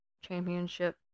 championship